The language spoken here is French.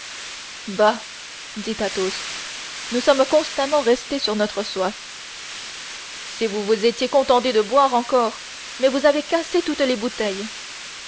dit athos nous sommes constamment restés sur notre soif si vous vous étiez contentés de boire encore mais vous avez cassé toutes les bouteilles